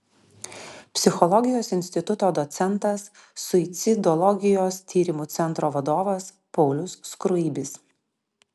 psichologijos instituto docentas suicidologijos tyrimų centro vadovas paulius skruibis